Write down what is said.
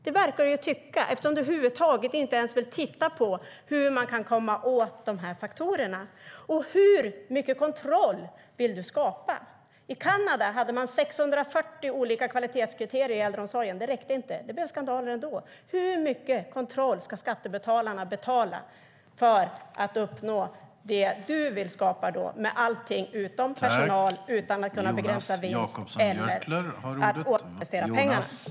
Det verkar du tycka eftersom du inte ens vill titta på hur man kan komma åt dessa faktorer. Hur mycket kontroll vill du skapa? I Kanada hade man 640 olika kvalitetskriterier i äldreomsorgen. Det räckte inte. Det blev skandaler ändå. Hur mycket kontroll ska skattebetalarna bekosta för att uppnå det du vill skapa med allt utom personal och utan att kunna begränsa vinsten eller återinvestera pengarna?